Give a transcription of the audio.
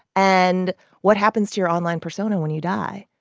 and what happens to your online persona when you die?